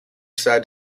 decide